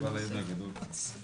בשעה